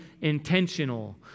intentional